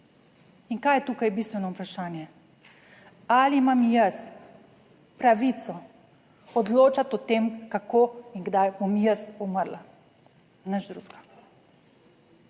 In kaj je tukaj bistveno vprašanje? Ali imam jaz pravico odločati o tem kako in kdaj bom jaz umrla? Nič drugega.